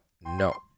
no